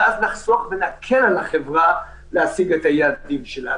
ואז נקל על החברה להשיג את היעדים שלה.